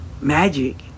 magic